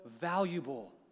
valuable